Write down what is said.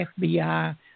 FBI